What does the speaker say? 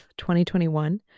2021